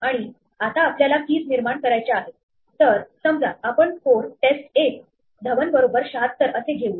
आणि आता आपल्याला keys निर्माण करायच्या आहेत तर समजा आपण स्कोर टेस्ट 1 धवन बरोबर 76 असे घेऊया